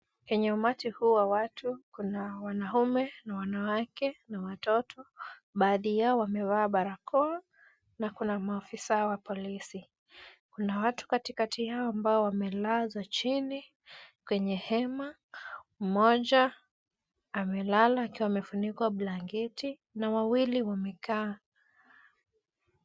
Kwenye umati huu wa watu, kuna wanaume na wanawake na watoto. Baadhi yao wamevaa barakoa na kuna mafisa wa polisi. Kuna watu katikati yao ambao wamelazwa chini kwenye hema. Mmoja amelala akiwa amefunikwa blanketi na wawili wamekaa.